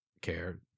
care